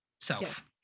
self